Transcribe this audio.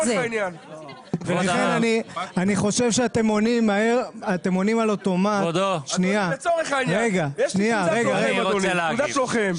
אני חושב שאתם עונים על אוטומט --- לצורך העניין יש לי תעודת לוחם,